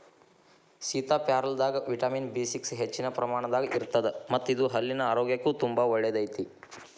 ಸೇತಾಪ್ಯಾರಲದಾಗ vitamin B six ಹೆಚ್ಚಿನ ಪ್ರಮಾಣದಾಗ ಇರತ್ತದ ಮತ್ತ ಇದು ಹಲ್ಲಿನ ಆರೋಗ್ಯಕ್ಕು ತುಂಬಾ ಒಳ್ಳೆಯದೈತಿ